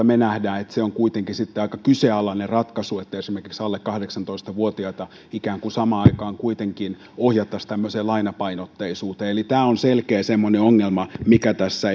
me näemme että se on kuitenkin sitten aika kyseenalainen ratkaisu että esimerkiksi alle kahdeksantoista vuotiaita ikään kuin samaan aikaan kuitenkin ohjattaisiin tämmöiseen lainapainotteisuuteen eli tämä on semmoinen selkeä ongelma mikä tässä esityksessä